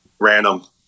Random